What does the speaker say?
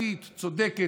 משפטית צודקת,